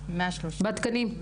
בתקנים?